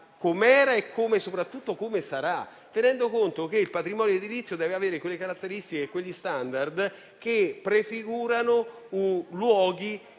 com'era e soprattutto come sarà, tenendo conto che il patrimonio edilizio deve avere quelle caratteristiche e quegli *standard* che prefigurano luoghi